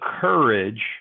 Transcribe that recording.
courage